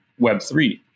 Web3